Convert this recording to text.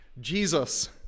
Jesus